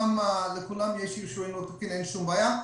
לכולן יש אישור ניהול תקין, אין שום בעיה.